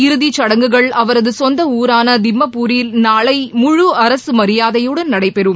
இறுதி சடங்குகள் அவரது சொந்த ஊரான திம்மப்பூரில் நாளை முழு அரசு மரியாதையுடன் நடைபெறும்